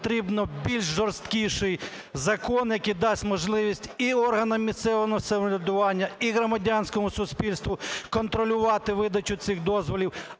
потрібний більш жорсткіший закон, який дасть можливість і органам місцевого самоврядування, і громадянському суспільству контролювати видачу цих дозволів,